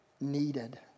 needed